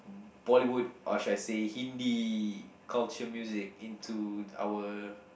Bollywood or should I say Hindi culture music into our